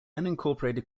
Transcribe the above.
unincorporated